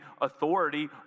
authority